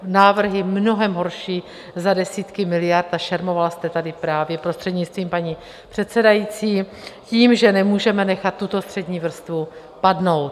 Návrhy mnohem horší, za desítky miliard, a šermoval jste tady právě, prostřednictvím paní předsedající, tím, že nemůžeme nechat tuto střední vrstvu padnout.